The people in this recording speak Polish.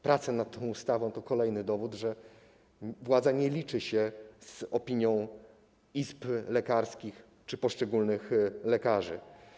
Prace nad tą ustawą to kolejny dowód, że władza nie liczy się z opinią izb lekarskich czy poszczególnych lekarzy.